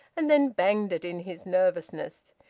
and then banged it in his nervousness.